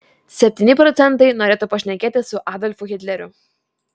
septyni procentai norėtų pašnekėti su adolfu hitleriu